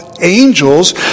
angels